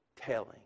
telling